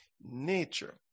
nature